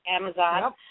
Amazon